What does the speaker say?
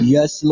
Yes